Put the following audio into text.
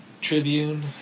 Tribune